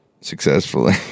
successfully